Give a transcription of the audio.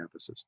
campuses